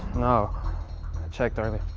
no. i checked earlier.